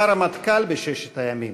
היה הרמטכ"ל בששת הימים,